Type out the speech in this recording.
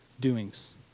doings